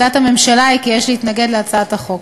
עמדת הממשלה היא כי יש להתנגד להצעת החוק.